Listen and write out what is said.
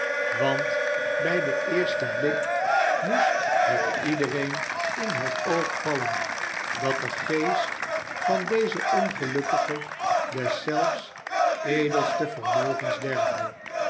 want bij den eersten blik moest het ledereen in het oog vallen dat de geest van dezen ongelukkige deszelfs delste vermogens derfde